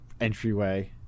entryway